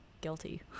guilty